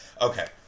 okay